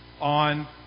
on